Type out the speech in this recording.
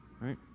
right